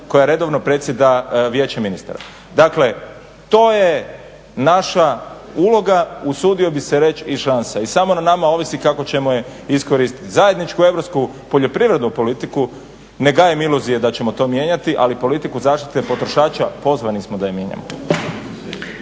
koja redovno predsjeda vijećem ministara. Dakle, to je naša uloga, usudio bih se reći i šansa. I samo na nama ovisi kako ćemo je iskoristiti. Zajedničku europsku poljoprivrednu politiku, ne gajim iluzije da ćemo to mijenjati ali politiku zaštite potrošača pozvani smo da je mijenjamo.